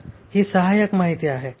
तर ही सहाय्यक माहिती आहे